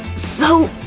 so.